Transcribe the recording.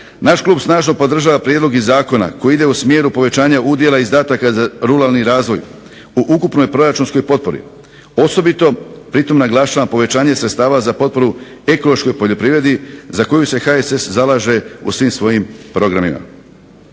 Naš klub snažno podržava prijedlog iz zakona koji ide u smjeru povećavanja udjela izdataka za ruralni razvoj, u ukupnoj proračunskoj potpori, osobito pritom naglašavam povećanje sredstava za potporu ekološkoj poljoprivredi, za koju se HSS zalaže u svim svojim programima.